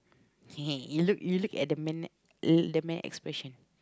you look you look at the man the man expression